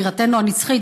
בירתנו הנצחית.